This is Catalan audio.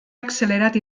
accelerat